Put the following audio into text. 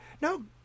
no